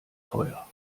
teuer